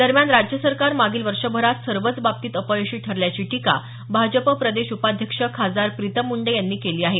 दरम्यान राज्य सरकार मागील वर्षभरात सर्वच बाबतीत अपयशी ठरल्याची टीका भाजपा प्रदेश उपाध्यक्ष खासदार प्रीतम मुंडे यांनी केली आहे